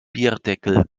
bierdeckel